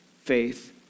faith